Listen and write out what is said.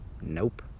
nope